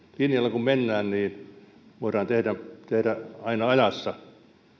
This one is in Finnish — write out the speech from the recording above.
linjalla kun mennään voidaan tehdä tehdä aina ajassa